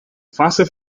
fase